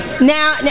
Now